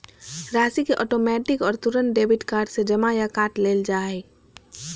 राशि के ऑटोमैटिक और तुरंत डेबिट कार्ड से जमा या काट लेल जा हइ